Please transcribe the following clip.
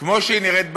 כמו שהיא נראית במדינה.